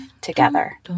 together